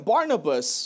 Barnabas